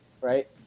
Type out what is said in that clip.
right